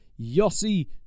Yossi